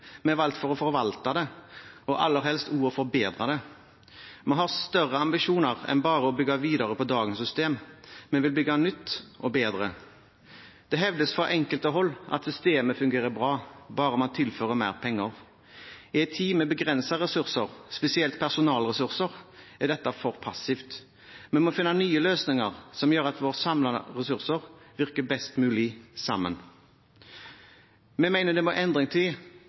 vi er valgt for å forvalte det, og aller helst også å forbedre det. Vi har større ambisjoner enn bare å bygge videre på dagens system. Vi vil bygge nytt og bedre. Det hevdes fra enkelte hold at systemet fungerer bra bare man tilfører mer penger. I en tid med begrensede ressurser, spesielt personalressurser, er dette for passivt. Vi må finne nye løsninger, som gjør at våre samlede ressurser virker best mulig sammen. Vi mener det må endring